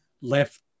left